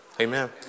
Amen